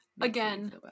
again